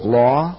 law